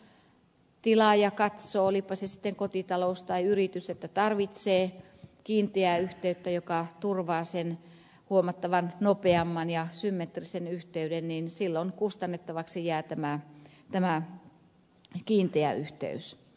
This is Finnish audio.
mutta jos tilaaja katsoo olipa se sitten kotitalous tai yritys että tarvitsee kiinteää yhteyttä joka turvaa sen huomattavasti nopeamman ja symmetrisen yhteyden niin silloin kustannettavaksi jää tämä kiinteä yhteys